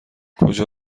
کجا